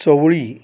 चवळी